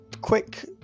quick